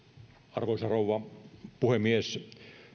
arvoisa rouva puhemies